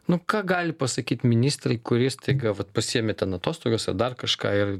nu ką gali pasakyt ministrai kurie staiga vat pasiėmė ten atostogas ar dar kažką ir